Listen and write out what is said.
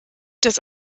des